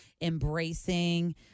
embracing